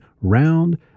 round